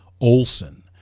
Olson